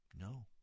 no